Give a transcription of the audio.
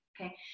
okay